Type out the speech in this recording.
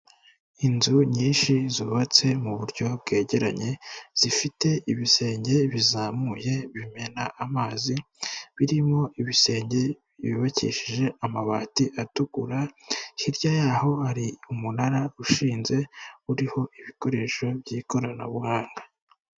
Inzu nyinshi zubatse mu buryo bwegeranye zifite ibisenge bizamuye bimena amazi, birimo ibisenge byubakishije amabati atukura, hirya y'aho hari umunara ushinze uriho ibikoresho by'ikoranabuhanga.